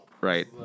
right